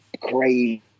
crazy